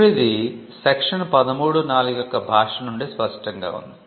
ఇప్పుడు ఇది సెక్షన్ 13 యొక్క భాష నుండి స్పష్టంగా ఉంది